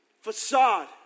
facade